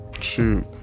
Shoot